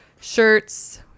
shirts